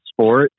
sport